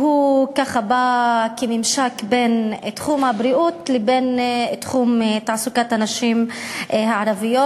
שהוא ככה בא כממשק בין תחום הבריאות לבין תחום תעסוקת הנשים הערביות.